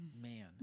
man